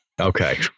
Okay